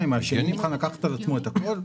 אם השני מוכן לקחת על עצמו את הכול?